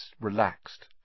relaxed